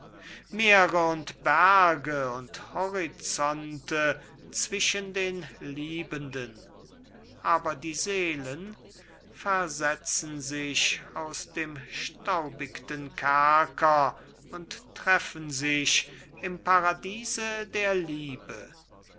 meere und berge und horizonte zwischen den liebenden aber die seelen versetzen sich aus dem staubigten kerker und treffen sich im paradiese der liebe